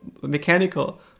mechanical